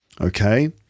Okay